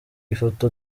ifoto